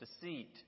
deceit